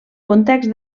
context